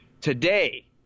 today